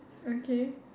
okay